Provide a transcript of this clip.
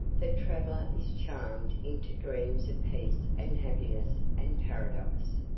the traveler is charmed into dreams of peace and happiness and paradise.